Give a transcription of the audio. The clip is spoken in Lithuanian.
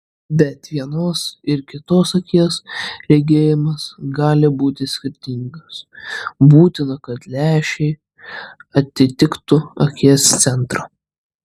bet vienos ir kitos akies regėjimas gali būti skirtingas būtina kad lęšiai atitiktų akies centrą